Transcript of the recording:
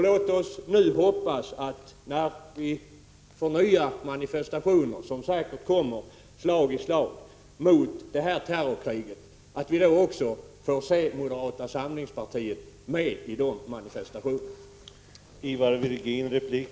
Låt oss hoppas att vi får se också moderata samlingspartiet i de nya manifestationer mot terrorkriget i Afghanistan som säkert kommer slag i slag.